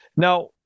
Now